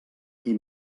qui